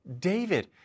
David